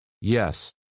Yes